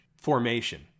formation